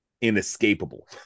inescapable